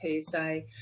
PSA